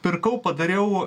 pirkau padariau